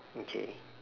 okay